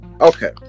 Okay